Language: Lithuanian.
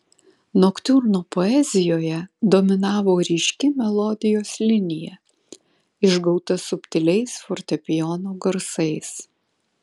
noktiurno poezijoje dominavo ryški melodijos linija išgauta subtiliais fortepijono garsais